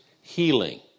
healing